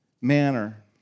manner